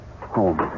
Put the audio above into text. home